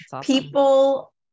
People